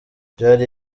vyari